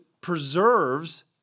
preserves